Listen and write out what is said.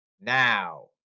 Now